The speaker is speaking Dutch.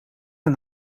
een